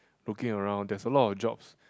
looking around there's a lot of jobs